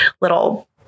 little